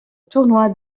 tournoi